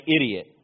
idiot